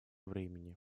времени